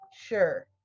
sure